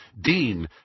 Dean